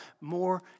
more